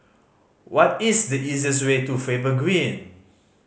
what is the easiest way to Faber Green